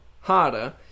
harder